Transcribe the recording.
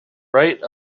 write